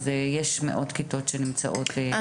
יש מאות כיתות שנמצאות בבידוד וחוזרות